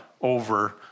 over